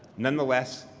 nonetheless,